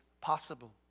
possible